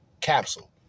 capsule